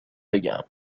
بگم